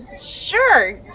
sure